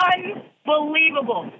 Unbelievable